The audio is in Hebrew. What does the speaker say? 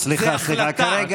זו החלטה,